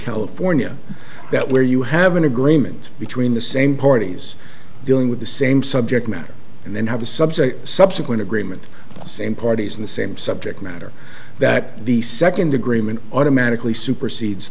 california that where you have an agreement between the same parties dealing with the same subject matter and then have the subject subsequent agreement the same parties in the same subject matter that the second agreement automatically supersedes